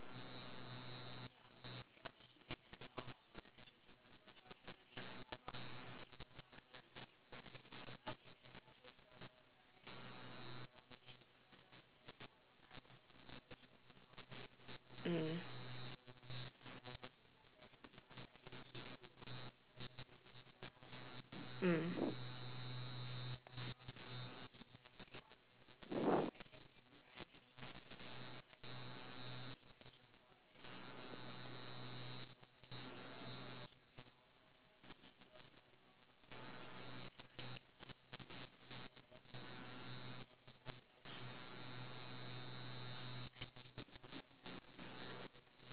mm mm